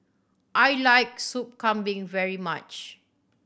I like Soup Kambing very much